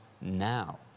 now